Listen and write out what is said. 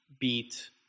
beat